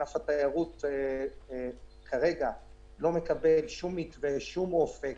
ענף התיירות כרגע לא מקבל שום מתווה, שום אופק